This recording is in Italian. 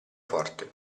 forte